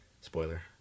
Spoiler